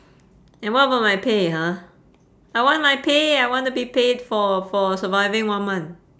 and what about my pay ha I want my pay I wanna be paid for for surviving one month